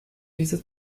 diese